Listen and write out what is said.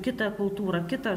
kitą kultūrą kitą